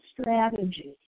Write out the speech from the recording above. strategy